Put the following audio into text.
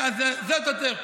זאת הדרך.